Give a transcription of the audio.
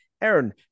Aaron